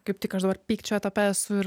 kaip tik aš dabar pykčio etape esu ir